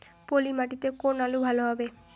পলি মাটিতে কোন আলু ভালো হবে?